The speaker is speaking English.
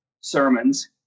sermons